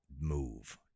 move